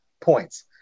points